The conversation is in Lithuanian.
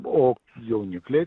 o jaunikliai